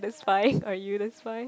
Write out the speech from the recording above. it's fine are you that's fine